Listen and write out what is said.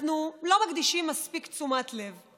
אנחנו לא מקדישים מספיק תשומת לב,